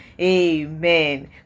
amen